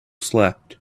slept